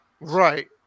right